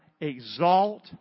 Exalt